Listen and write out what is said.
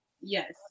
Yes